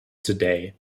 today